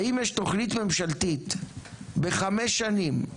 האם יש תוכנית ממשלתית בחמש שנים,